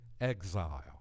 exile